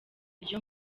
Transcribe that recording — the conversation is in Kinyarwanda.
buryo